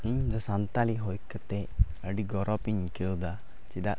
ᱤᱧ ᱫᱚ ᱥᱟᱱᱛᱟᱲᱤ ᱦᱳᱭ ᱠᱟᱛᱮᱫ ᱟᱹᱰᱤ ᱜᱚᱨᱚᱵᱽ ᱤᱧ ᱟᱹᱭᱠᱟᱹᱣᱫᱟ ᱪᱮᱫᱟᱜ